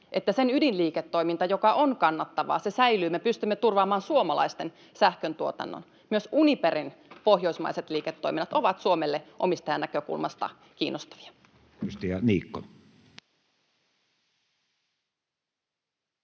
että sen ydinliiketoiminta, joka on kannattavaa, säilyy ja me pystymme turvaamaan suomalaisten sähköntuotannon. Myös Uniperin pohjoismaiset liiketoiminnat ovat Suomelle omistajan näkökulmasta kiinnostavia.